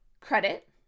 Credit